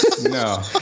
No